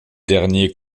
derniers